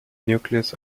nucleus